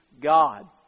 God